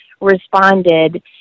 responded